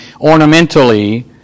ornamentally